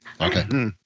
okay